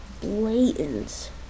blatant